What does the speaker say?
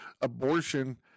abortion